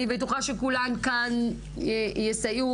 אני בטוחה שכולן כאן יסייעו.